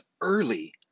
early